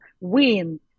win